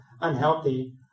unhealthy